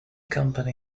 company